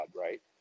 right